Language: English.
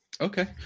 okay